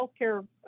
healthcare